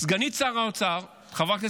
סגנית שר האוצר חברת הכנסת